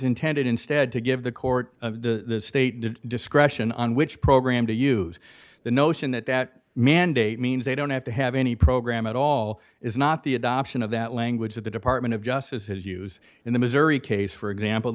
intended instead to give the court of the state the discretion on which program to use the notion that that mandate means they don't have to have any program at all is not the adoption of that language that the department of justice has used in the missouri case for example